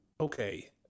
okay